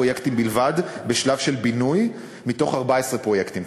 חמישה פרויקטים בלבד נמצאים בשלב של בינוי מתוך 14 פרויקטים,